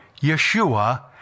Yeshua